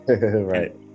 Right